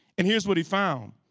and here's what he found,